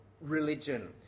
religion